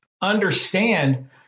understand